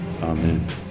Amen